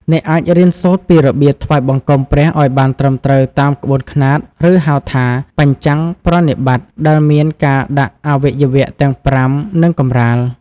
អ្នកអាចរៀនសូត្រពីរបៀបថ្វាយបង្គំព្រះឱ្យបានត្រឹមត្រូវតាមក្បួនខ្នាត ឬហៅថា «បញ្ចង្គប្រណិប័ត» ដែលមានការដាក់អវយវៈទាំងប្រាំប៉ះនឹងកម្រាល។